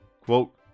Quote